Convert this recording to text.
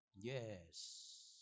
Yes